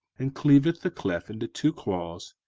and cleaveth the cleft into two claws,